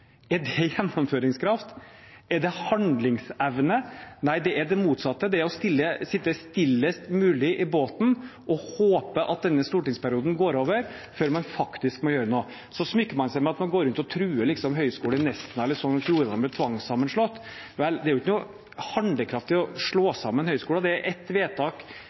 Er det gjennomføringskraft? Er det handlingsevne? Nei, det er det motsatte. Det er å sitte stillest mulig i båten og håpe at denne stortingsperioden går over før man faktisk må gjøre noe. Så smykker man seg med at man går rundt og truer Høgskolen i Nesna eller Høgskulen i Sogn og Fjordane med tvangssammenslåing. Vel, det er jo ikke handlekraftig å slå sammen høyskoler – det er ett vedtak